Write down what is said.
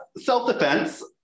self-defense